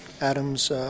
Adam's